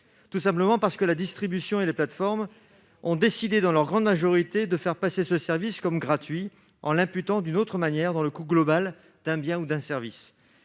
tout simplement parce que la distribution et les plateformes ont décidé, dans leur grande majorité, de faire passer ce service comme « gratuit » en l'imputant d'une autre manière dans le coût global d'un bien ou d'un service.